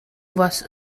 was